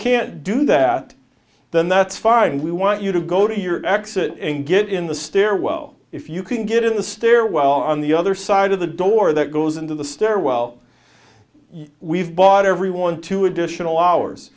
can't do that then that's fine and we want you to go to your exit and get in the stairwell if you can get in the stairwell on the other side of the door that goes into the stairwell we've bought everyone two additional hours